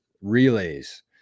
relays